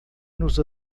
nos